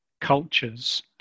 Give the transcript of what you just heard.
cultures